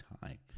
time